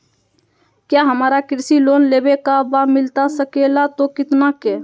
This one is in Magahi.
क्या हमारा कृषि लोन लेवे का बा मिलता सके ला तो कितना के?